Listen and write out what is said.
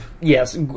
yes